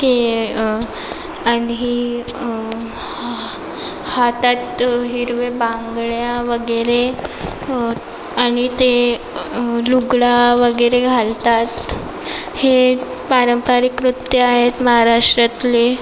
के आणि हातात हिरव्या बांगड्या वगैरे आणि ते लुगडं वगैरे घालतात हे पारंपरिक नृत्य आहेत महाराष्ट्रातले